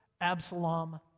Absalom